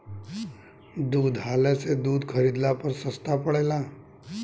दुग्धालय से दूध खरीदला पर सस्ता पड़ेला?